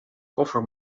koffer